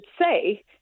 say